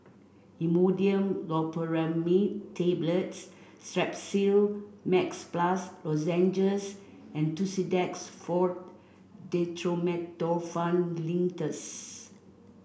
Imodium Loperamide Tablets Strepsil Max Plus Lozenges and Tussidex Forte Dextromethorphan Linctus